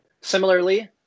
similarly